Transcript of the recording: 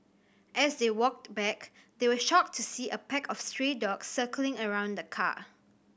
as they walked back they were shocked to see a pack of stray dogs circling around the car